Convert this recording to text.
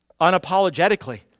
unapologetically